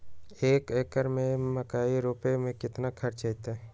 एक एकर में मकई रोपे में कितना खर्च अतै?